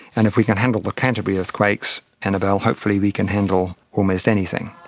and if we can handle the canterbury earthquakes, annabelle, hopefully we can handle almost anything.